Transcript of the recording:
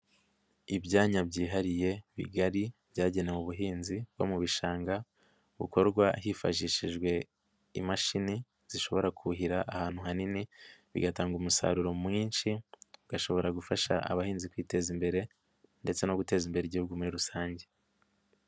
Ibyanya byihariye bigari byagenewe ubuhinzi bwo mu bishanga bukorwa hifashishijwe imashini zishobora kuhira ahantu hanini, bigatanga umusaruro mwinshi bigashobora gufasha abahinzi kwiteza imbere ndetse no guteza imbere igihugu muri rusange.